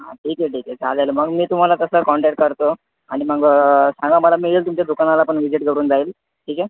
हां ठीक आहे ठीक आहे चालेल मग मी तुम्हाला तसा कॉन्टॅक्ट करतो आणि मग सांगा मला मी येईल तुमच्या दुकानाला पण विजीट करून जाईल ठीक आहे